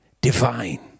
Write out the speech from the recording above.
divine